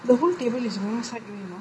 the whole table is moving sideway you know